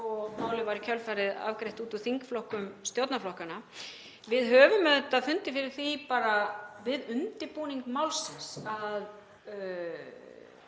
og málið var í kjölfarið afgreitt út úr þingflokkum stjórnarflokkanna. Við höfum auðvitað fundið fyrir því við undirbúning málsins að